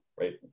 Right